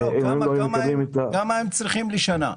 כמה כסף הם צריכים לשנה?